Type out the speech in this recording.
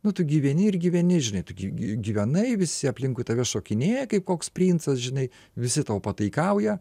nu tu gyveni ir gyveni žinai tu gi gyvenai visi aplinkui tave šokinėja kaip koks princas žinai visi tau pataikauja